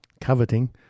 coveting